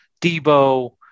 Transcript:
Debo